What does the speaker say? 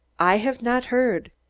i haf nod heard.